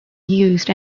used